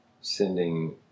sending